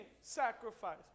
sacrifice